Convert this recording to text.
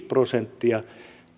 prosenttia